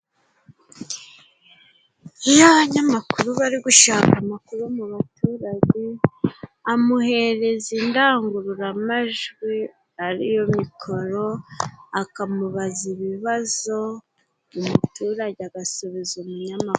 Iyo abanyamakuru bari gushaka amakuru mu baturage, amuhereza indangururamajwi ariyo mikoro, akamubaza ibibazo umuturage agasubiza umunyamakuru.